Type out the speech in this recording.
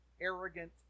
arrogant